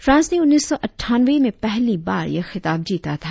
France ने उन्नीस सौ अठानवें में पहली बार यह खिताब जीता था